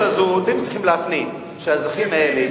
צריכים להפנים שהאזרחים האלה,